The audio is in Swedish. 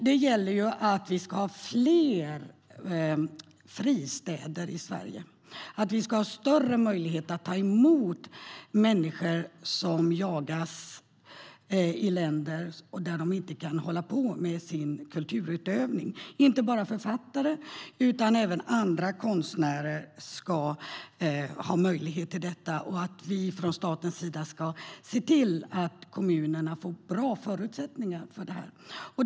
Det gäller att vi ska ha fler fristäder i Sverige och att vi ska ha större möjligheter att ta emot människor som jagas i sina länder och där de inte kan ägna sig åt sin kulturutövning. Inte bara författare utan även andra konstnärer ska ha möjlighet till detta, och vi från statens sida ska se till att kommunerna får bra förutsättningar för detta.